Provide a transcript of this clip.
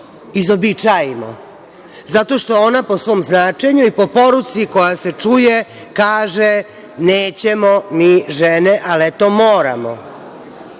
izobičajimo, zato što ona po svom značenju i po poruci koja se čuje, kaže – nećemo mi žene, ali eto moramo. Bilo